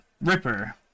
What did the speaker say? Ripper